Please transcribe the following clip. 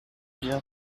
bien